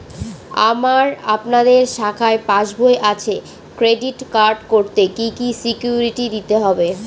আমার আপনাদের শাখায় পাসবই আছে ক্রেডিট কার্ড করতে কি কি সিকিউরিটি দিতে হবে?